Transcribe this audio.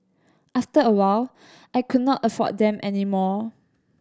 after a while I could not afford them any more